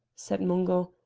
said mungo,